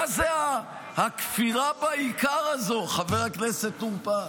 מה זה הכפירה בעיקר הזאת, חבר הכנסת טור פז?